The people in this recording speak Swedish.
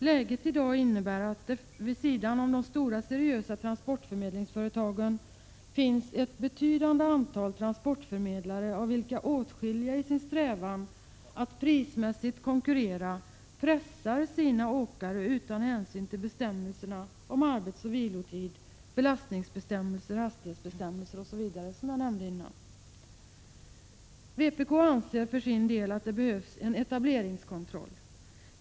Läget i dag innebär att det vid sidan om de stora seriösa transportförmedlingsföretagen finns ett betydande antal transportförmedlare, av vilka åtskilliga i sin strävan att prismässigt konkurrera pressar ”sina” åkare utan hänsyn till bestämmelserna om arbetsoch vilotid, belastningsbestämmelser, hastighetsbestämmelser osv., som jag tidigare nämnde. Vpk anser för sin del att det behövs en etableringskontroll.